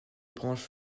branches